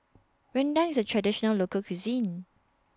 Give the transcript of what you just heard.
Rendang IS A Traditional Local Cuisine